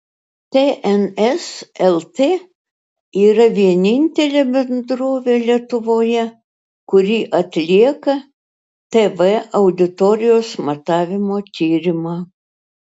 tns lt yra vienintelė bendrovė lietuvoje kuri atlieka tv auditorijos matavimo tyrimą